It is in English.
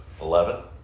Eleven